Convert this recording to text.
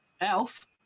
Elf